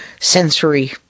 sensory